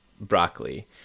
broccoli